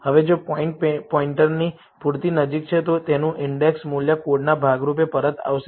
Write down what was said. હવે જો પોઇન્ટ પોઇન્ટરની પૂરતી નજીક છે તો તેનું ઈન્ડેક્સ મૂલ્ય કોડના ભાગ રૂપે પરત આવશે